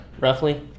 roughly